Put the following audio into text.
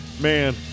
Man